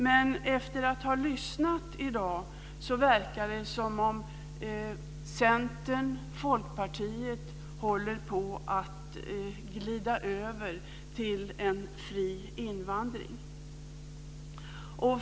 Men efter att ha lyssnat i dag tycker jag att det verkar som om Centern och Folkpartiet håller på att glida över till en fri invandring.